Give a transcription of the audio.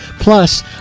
Plus